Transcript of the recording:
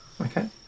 Okay